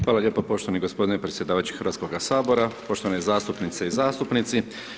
Hvala lijepo poštovani gospodine predsjedavajući Hrvatskoga sabora, poštovani zastupnice i zastupnici.